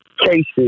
cases